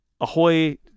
Ahoy